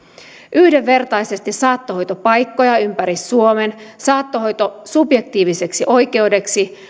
yhdenvertaisesti saattohoitopaikkoja ympäri suomen saattohoito subjektiiviseksi oikeudeksi